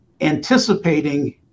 anticipating